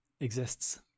exists